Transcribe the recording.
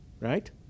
right